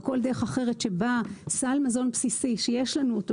או כל דרך אחרת שבה סל מזון בסיסי שיש לנו אותו